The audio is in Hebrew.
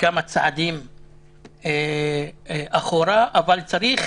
כמה צעדים אחורה, אבל צריך